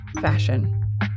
fashion